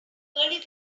curly